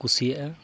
ᱠᱩᱥᱤᱭᱟᱜᱼᱟ